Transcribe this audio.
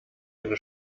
eine